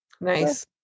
Nice